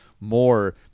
more